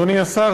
אדוני השר,